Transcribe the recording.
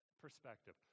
perspective